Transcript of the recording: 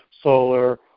solar